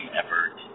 effort